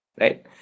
Right